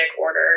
order